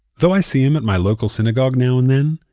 though i see him at my local synagogue now and then,